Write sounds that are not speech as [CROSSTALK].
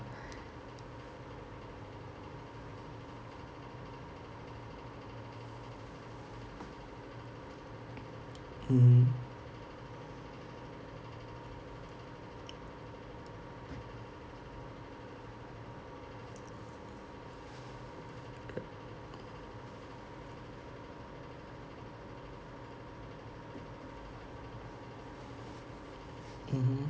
mmhmm [NOISE] mmhmm